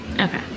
Okay